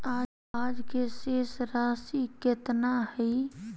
आज के शेष राशि केतना हइ?